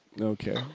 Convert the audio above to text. Okay